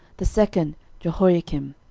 the second jehoiakim,